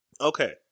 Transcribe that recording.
Okay